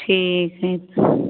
ठीक हइ तऽ